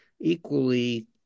equally